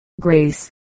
Grace